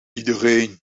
iedereen